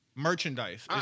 Merchandise